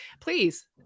please